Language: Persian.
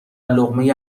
لقمه